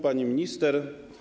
Pani Minister!